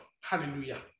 Hallelujah